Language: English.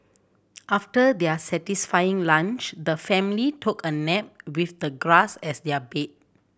after their satisfying lunch the family took a nap with the grass as their bed